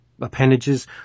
appendages